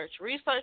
research